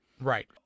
Right